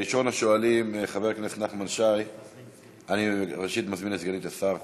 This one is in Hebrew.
ראשית, אני מזמין את סגנית השר חוטובלי,